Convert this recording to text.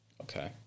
Okay